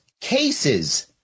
cases